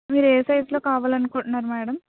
మీరు ఏ సైజ్లో కావాలనుకుంటున్నారు మేడం